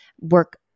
work